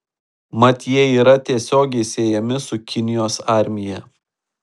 mat jie yra tiesiogiai siejami su kinijos armija